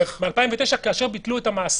ב-2009, כאשר ביטלו את המאסרים.